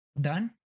Done